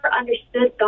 understood